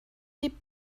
die